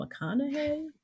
McConaughey